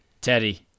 Teddy